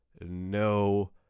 no